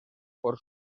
por